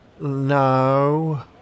No